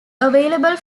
available